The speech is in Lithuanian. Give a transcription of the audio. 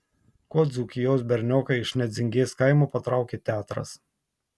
kuo dzūkijos bernioką iš nedzingės kaimo patraukė teatras